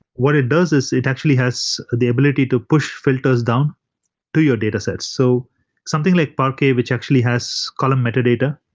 what it does is it actually has the ability to push filters down to your data sets, so something like parquet, which actually has column metadata.